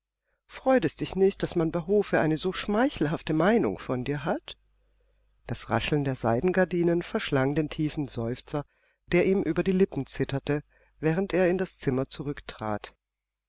freut es dich nicht daß man bei hofe eine so schmeichelhafte meinung von dir hat das rascheln der seidengardinen verschlang den tiefen seufzer der ihm über die lippen zitterte während er in das zimmer